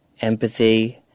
empathy